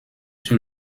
sur